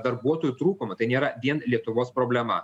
darbuotojų trūkumo tai nėra vien lietuvos problema